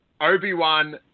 Obi-Wan